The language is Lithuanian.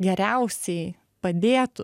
geriausiai padėtų